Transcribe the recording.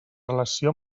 relació